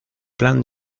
plan